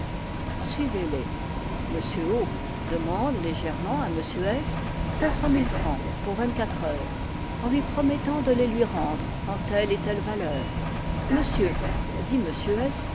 m o demande légèrement à m s cinq cent mille francs pour vingt-quatre heures en lui promettant de les lui rendre en telles et telles valeurs monsieur dit m s